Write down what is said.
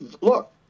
look